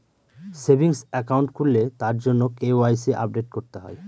savings account খুললে তার জন্য কে.ওয়াই.সি আপডেট করতে হয়